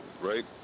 Right